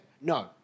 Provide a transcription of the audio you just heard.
No